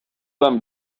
вам